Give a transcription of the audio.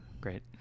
Great